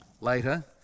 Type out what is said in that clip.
Later